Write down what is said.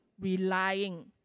relying